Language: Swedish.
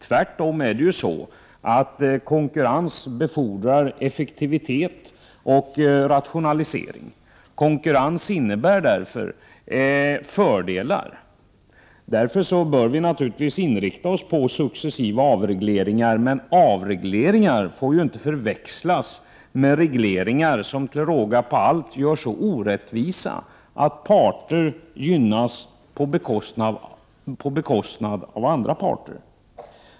Tvärtom, konkurrens befordrar effektivitet och rationalisering. Konkurrens innebär därför fördelar. Därför bör vi naturligtvis inrikta oss på successiva avregleringar. Avregleringar får dock inte förväxlas med regleringar som till råga på allt skapar sådan orättvisa att vissa parter gynnas på bekostnad av andra.